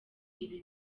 ibi